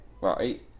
right